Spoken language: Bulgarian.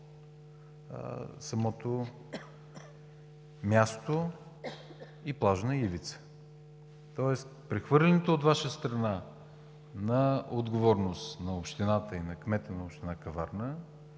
самото място и плажна ивица? Прехвърлянето от Ваша страна на отговорността на общината и кмета на община Каварна,